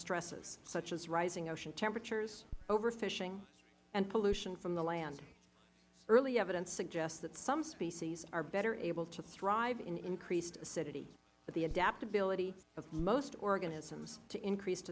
stresses such as rising ocean temperatures overfishing and pollution from the land early evidence suggests that some species are better able to thrive in increased acidity but the adaptability of most organisms to increased